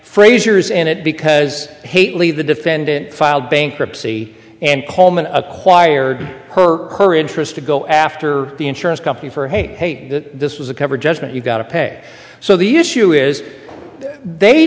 fraser is in it because hate leave the defendant filed bankruptcy and coleman acquired her her interest to go after the insurance company for hate that this was a cover judgment you've got to pay so the issue is they